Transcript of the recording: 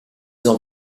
ans